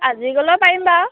আজি গ'লেও পাৰিম বাৰু